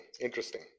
interesting